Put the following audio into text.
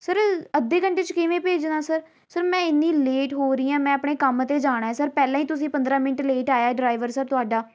sir ਅੱਧੇ ਘੰਟੇ 'ਚ ਕਿਵੇਂ ਭੇਜਣਾ ਸਰ ਸਰ ਮੈਂ ਇੰਨੀ ਲੇਟ ਹੋ ਰਹੀ ਹਾਂ ਮੈਂ ਆਪਣੇ ਕੰਮ 'ਤੇ ਜਾਣਾ ਸਰ ਪਹਿਲਾਂ ਹੀ ਤੁਸੀਂ ਪੰਦਰਾਂ ਮਿੰਟ ਲੇਟ ਆਇਆ ਡਰਾਈਵਰ ਸਰ ਤੁਹਾਡਾ